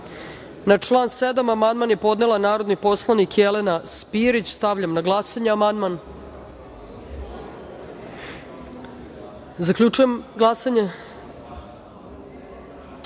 član 5. amandman je podnela narodni poslanik Jelena Milošević. Stavljam na glasanje amandman. Zaključujem glasanje: